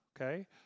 okay